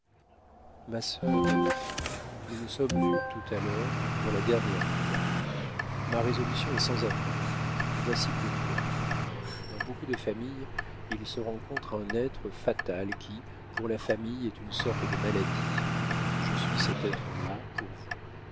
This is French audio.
ma sœur bien-aimée nous nous sommes vus tout à l'heure pour la dernière fois ma résolution est sans appel voici pourquoi dans beaucoup de familles il se rencontre un être fatal qui pour la famille est une sorte de maladie je suis cet être-là pour vous